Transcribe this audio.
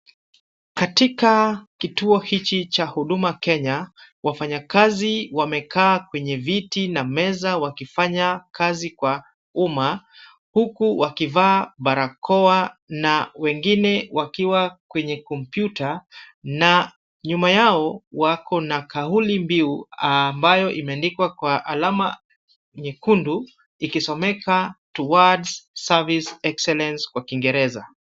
Katika kituo hichi cha huduma Kenya, wafanyikazi wamekaa kwenye viti na meza wakifanya kazi kwa umma, huku wakivaa barakoa na wengine wakiwa kwenye komputa na nyuma yao wako na kauli mbiu ambayo imeandikwa kwa alama nyekundu ikisomeka Towards Service Excellence kwa kiingereza.